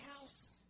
house